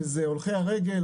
שזה הולכי הרגל,